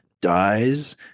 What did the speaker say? dies